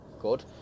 good